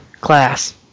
class